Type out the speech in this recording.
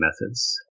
methods